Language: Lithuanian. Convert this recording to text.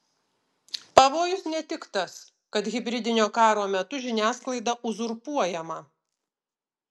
pavojus ne tik tas kad hibridinio karo metu žiniasklaida uzurpuojama